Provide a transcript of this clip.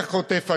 כך כותב עגנון: